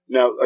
Now